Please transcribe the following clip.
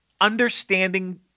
understanding